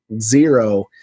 zero